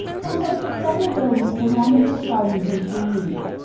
composed of several buildings surrounded with gardens and trees.